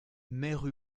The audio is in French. mère